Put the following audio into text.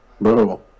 bro